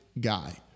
guy